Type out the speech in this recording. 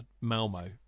Malmo